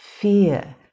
fear